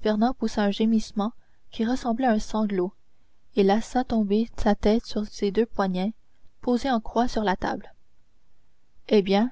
fernand poussa un gémissement qui ressemblait à un sanglot et laissa tomber sa tête sur ses deux poignets posés en croix sur la table eh bien